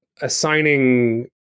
assigning